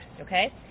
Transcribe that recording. Okay